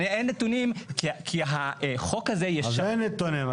אין נתונים כי החוק הזה --- אז אין נתונים.